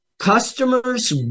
customers